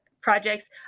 projects